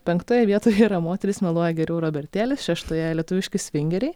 penktoje vietoje yra moterys meluoja geriau robertėlis šeštoje lietuviški svingeriai